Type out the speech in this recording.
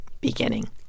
beginning